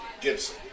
Gibson